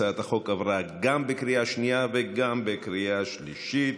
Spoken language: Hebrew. הצעת החוק עברה גם בקריאה שנייה וגם בקריאה שלישית.